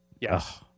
Yes